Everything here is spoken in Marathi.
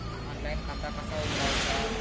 ऑनलाइन खाता कसा उघडायचा?